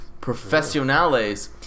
Professionales